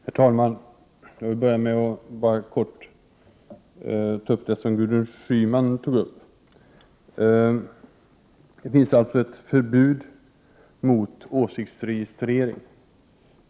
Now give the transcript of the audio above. Herr talman! Först bara helt kort något om det som Gudrun Schyman tog upp här. Det finns alltså ett förbud mot åsiktsregistrering.